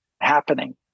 happening